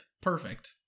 perfect